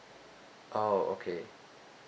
oh okay